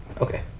Okay